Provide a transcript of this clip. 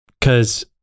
Cause